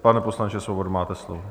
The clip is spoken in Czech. Pane poslanče Svobodo, máte slovo.